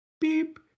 beep